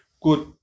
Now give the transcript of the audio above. good